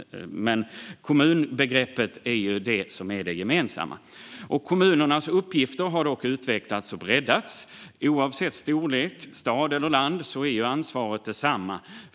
Kommunbegreppet är dock gemensamt. Kommunernas uppgifter har utvecklats och breddats. Oavsett storlek och om det rör sig om stad eller land är ansvaret detsamma.